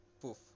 Poof